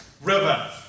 river